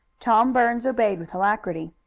tom burns obeyed with alacrity.